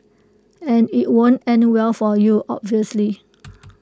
and IT won't end well for you obviously